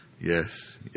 Yes